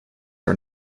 are